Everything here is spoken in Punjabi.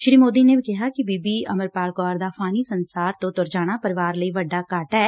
ਸ੍ਰੀ ਮੋਦੀ ਨੇ ਕਿਹਾ ਕਿ ਬੀਬੀ ਅਮਰਪਾਲ ਕੌਰ ਦਾ ਫਾਨੀ ਸੰਸਾਰ ਤੋਂ ਤੁਰ ਜਾਣਾ ਪਰਿਵਾਰ ਲਈ ਵੱਡਾ ਘਾਟਾ ਐ